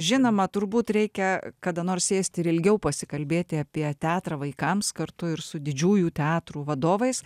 žinoma turbūt reikia kada nors sėst ir ilgiau pasikalbėti apie teatrą vaikams kartu ir su didžiųjų teatrų vadovais